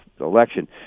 election